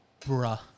Bruh